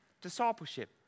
discipleship